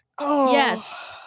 Yes